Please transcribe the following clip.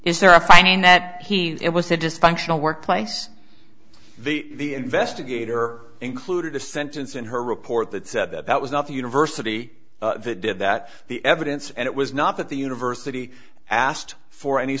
is there a finding that he it was a dysfunctional workplace the investigator included a sentence in her report that said that that was not the university that did that the evidence and it was not that the university asked for any